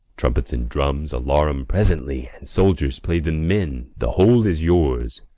trumpets and drums, alarum presently! and, soldiers, play the men the hold is yours!